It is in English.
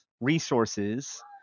resources